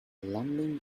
landing